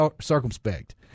circumspect